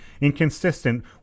inconsistent